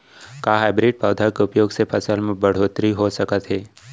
का हाइब्रिड पौधा के उपयोग से फसल म बढ़होत्तरी हो सकत हे?